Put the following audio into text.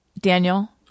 daniel